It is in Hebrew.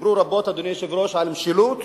דיברו רבות, אדוני היושב-ראש, על משילות.